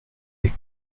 les